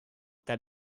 that